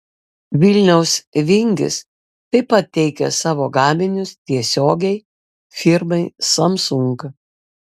vilniaus vingis taip pat teikia savo gaminius tiesiogiai firmai samsung